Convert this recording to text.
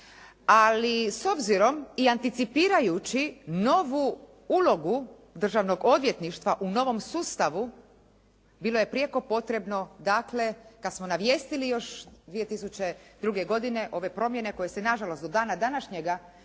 Ali s obzirom i anticipirajući novu ulogu Državnog odvjetništva u novom sustavu bilo je prijeko potrebno dakle kad smo navijestili još 2002. godine ove promjene koje se nažalost do dana današnjega